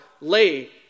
lay